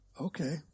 okay